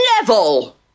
Neville